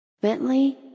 Bentley